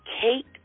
cake